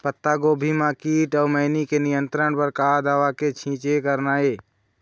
पत्तागोभी म कीट अऊ मैनी के नियंत्रण बर का दवा के छींचे करना ये?